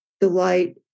delight